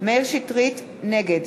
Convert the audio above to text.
נגד